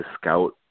scout